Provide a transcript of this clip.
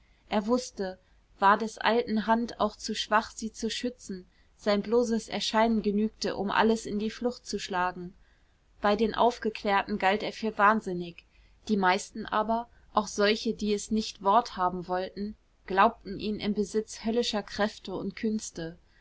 er wußte war des alten hand auch zu schwach sie zu schützen sein bloßes erscheinen genügte um alles in die flucht zu schlagen bei den aufgeklärten galt er für wahnsinnig die meisten aber auch solche die es nicht wort haben wollten glaubten ihn im besitz höllischer kräfte und künste